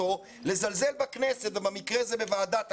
לזלזל בכנסת ובמקרה הזה בוועדת הכנסת.